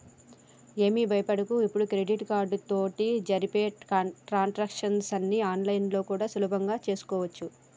ఏమి భయపడకు ఇప్పుడు క్రెడిట్ కార్డు తోటి జరిపే ట్రాన్సాక్షన్స్ ని ఆన్లైన్లో ఇప్పుడు సులభంగా చేసుకోవచ్చు